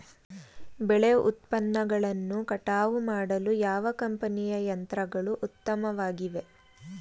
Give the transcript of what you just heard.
ಬೆಳೆ ಉತ್ಪನ್ನಗಳನ್ನು ಕಟಾವು ಮಾಡಲು ಯಾವ ಕಂಪನಿಯ ಯಂತ್ರಗಳು ಉತ್ತಮವಾಗಿವೆ?